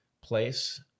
place